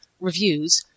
reviews